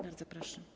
Bardzo proszę.